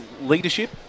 leadership